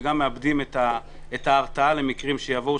וגם מאבדים את ההרתעה למקרים שיבואו,